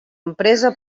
empresa